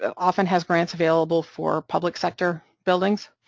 often has grants available for public sector buildings.